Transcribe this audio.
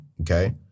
okay